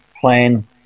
plan